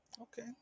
okay